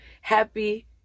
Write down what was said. Happy